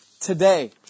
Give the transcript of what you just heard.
today